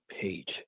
page